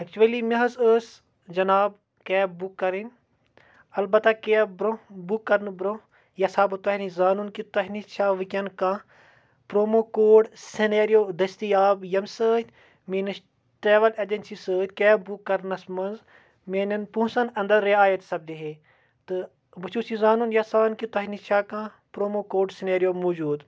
actually مےٚ حظ ٲس جِناب کیب بُک کَرٕنۍ البتہ کیب برونٛہہ بُک کَرنہٕ برونٛہہ یَژھ ہا بہٕ تۄہہِ نِش زانُن کہِ تۄہہِ نِش چھا وٕنکٮ۪ن کانٛہہ پرٛومو کوڈ سنیریو دٔستِیاب ییٚمہِ سۭتۍ میٛٲنِس ٹرٛیوٕل ایجَنسی سۭتۍ کیب بُک کَرنَس منٛز میانٮ۪ن پونٛسَن اَندَر رعیات سَپدِہے تہٕ بہٕ چھُس یہِ زانُن یَژھان کہِ تۄہہِ نِش چھا کانٛہہ پرٛومو کوڈ سنیریو موٗجوٗد